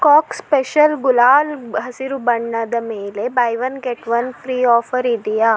cock special gulal ಹಸಿರು ಬಣ್ಣದ ಮೇಲೆ buy one get one free offer ಇದೆಯಾ